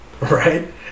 Right